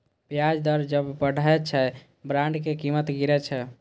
ब्याज दर जब बढ़ै छै, बांडक कीमत गिरै छै